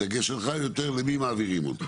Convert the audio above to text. הדגש שלך יותר למי מעבירים אותו.